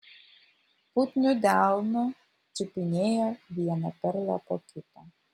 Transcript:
putniu delnu čiupinėjo vieną perlą po kito